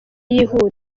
yihuta